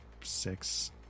six